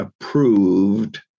approved